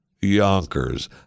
Yonkers